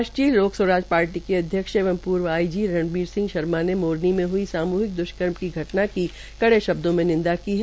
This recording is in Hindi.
राष्ट्रीय लोक स्वराज पार्टी के अध्यक्ष एवं पूर्व आईजी रणबीर सिंह शर्मा ने मोरनी में हई सामूहिक द्वष्कर्म की घटना की कड़े शब्दों में निंदा की है